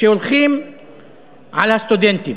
שהולכים על הסטודנטים.